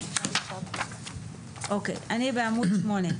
אני בעמוד 8,